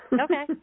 Okay